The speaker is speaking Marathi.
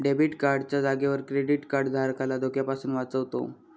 डेबिट कार्ड च्या जागेवर क्रेडीट कार्ड धारकाला धोक्यापासून वाचवतो